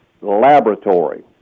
Laboratory